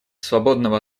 свободного